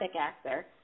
actor